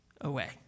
away